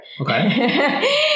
Okay